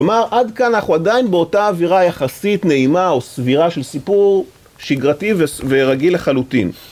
כלומר, עד כאן אנחנו עדיין באותה אווירה יחסית נעימה או סבירה של סיפור שגרתי ורגיל לחלוטין.